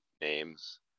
names